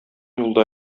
юлда